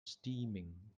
steaming